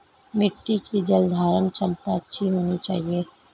मिट्टी की जलधारण क्षमता अच्छी होनी चाहिए